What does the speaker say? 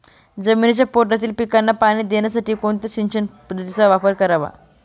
जमिनीच्या पोटातील पिकांना पाणी देण्यासाठी कोणत्या सिंचन पद्धतीचा वापर करावा?